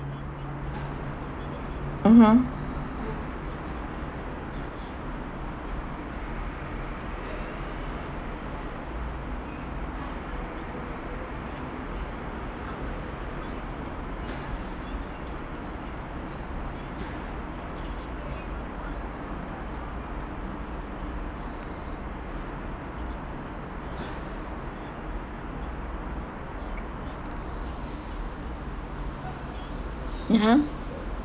mmhmm (uh huh)